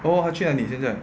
oh 他去哪里现在